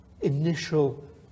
initial